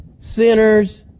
sinners